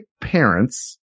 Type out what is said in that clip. parents